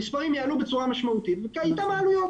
המספרים יעלו בצורה משמעותית ואיתן העלויות.